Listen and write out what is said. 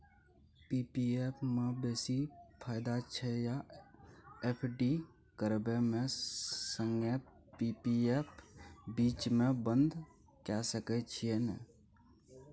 P P F म बेसी फायदा छै या एफ.डी करबै म संगे पी.पी एफ बीच म बन्द के सके छियै न?